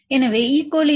எனவே ஈ கோலியில்E